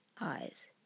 eyes